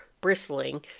bristling